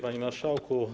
Panie Marszałku!